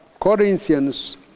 Corinthians